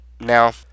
Now